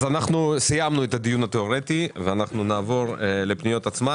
אנחנו סיימנו את הדיון התיאורטי ונעבור לפניות עצמן.